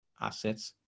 assets